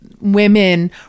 women